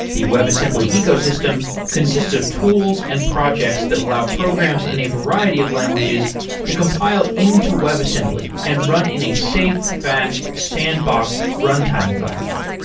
the web assembly ecosystem consists of tools and projects that allow programs in a variety of languages to compile into web assembly and run in a safe, fast, sandboxed runtime environment.